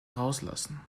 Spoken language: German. rauslassen